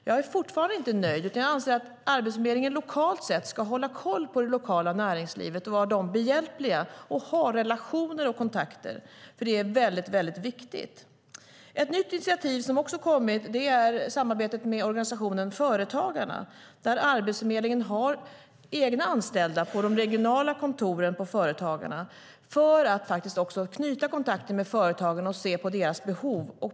Jag är fortfarande inte nöjd, utan jag anser att Arbetsförmedlingen lokalt sett ska hålla koll på det lokala näringslivet, vara dem behjälpliga och ha relationer och kontakter med dem. Det är mycket viktigt. Ett nytt initiativ är samarbetet med organisationen Företagarna. Arbetsförmedlingen har egna anställda på Företagarnas regionala kontor för att knyta kontakter med företagen och se på deras behov.